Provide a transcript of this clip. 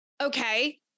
okay